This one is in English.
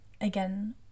again